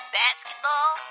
basketball